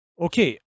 okay